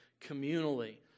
communally